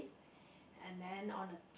and then on a ch~